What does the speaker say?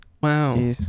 Wow